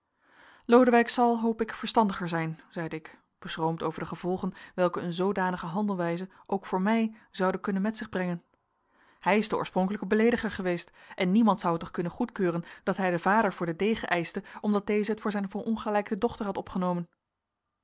lodewijk zal hoop ik verstandiger zijn zeide ik beschroomd over de gevolgen welke een zoodanige handelwijze ook voor mij zoude kunnen met zich brengen hij is de oorspronkelijke beleediger geweest en niemand zou het toch kunnen goedkeuren dat hij den vader voor den degen eischte omdat deze het voor zijn verongelijkte dochter had opgenomen